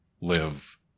live